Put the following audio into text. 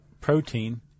protein